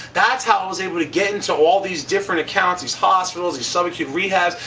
that's how i was able to get into all these different accounts, these hospitals, these subacute rehab.